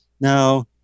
Now